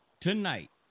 tonight